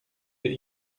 wir